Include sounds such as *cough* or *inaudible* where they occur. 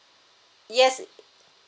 yes *noise*